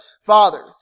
Father